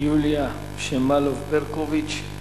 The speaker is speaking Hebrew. יוליה שמאלוב-ברקוביץ.